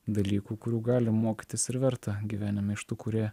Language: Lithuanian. dalykų kurių gali mokytis ir verta gyvenime iš tų kurie